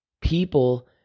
people